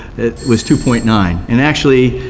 it was two point nine, and actually,